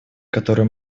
которую